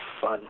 fun